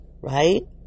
right